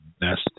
best